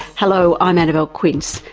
hello, i'm annabelle quince,